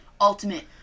ultimate